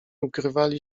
ukrywali